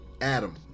Adam